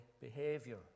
behavior